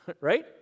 right